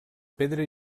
pedra